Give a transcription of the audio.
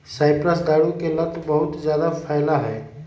cypress दारू के लता बहुत जादा फैला हई